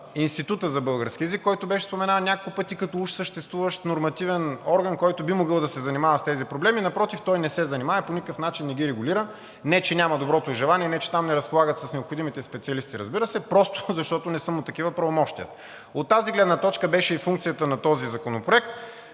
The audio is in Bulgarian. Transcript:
Института за български език, който беше споменаван няколко пъти като уж съществуващ нормативен орган, който би могъл да се занимава с тези проблеми, напротив той не се занимава и по никакъв начин не ги регулира, не че няма доброто желание, не че там не разполагат с необходимите специалисти, разбира се, просто защото не са му такива правомощията. От тази гледна точка беше и функцията на този законопроект,